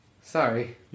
sorry